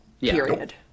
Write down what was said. period